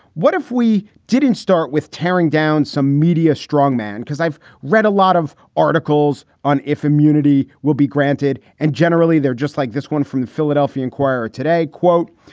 what if we didn't start with tearing down some media strongman? because i've read a lot of articles on if immunity will be granted. and generally they're just like this one from the philadelphia inquirer today. quote,